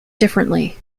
differently